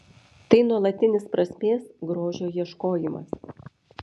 tai nuolatinis prasmės grožio ieškojimas